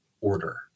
order